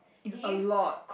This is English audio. is a lot